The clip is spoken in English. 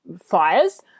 fires